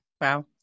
Wow